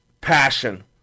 Passion